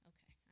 Okay